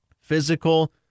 Physical